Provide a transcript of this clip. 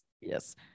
yes